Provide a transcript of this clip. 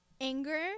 anger